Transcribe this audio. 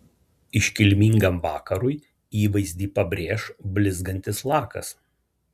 iškilmingam vakarui įvaizdį pabrėš blizgantis lakas